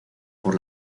por